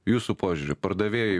jūsų požiūriu pardavėjai